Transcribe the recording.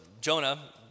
Jonah